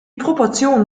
proportionen